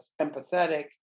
empathetic